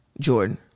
Jordan